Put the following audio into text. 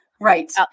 Right